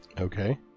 Okay